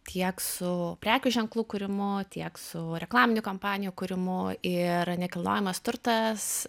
tiek su prekių ženklų kūrimu tiek savo reklaminių kampanijų kūrimu ir nekilnojamas turtas